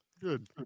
Good